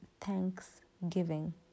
thanksgiving